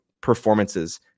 performances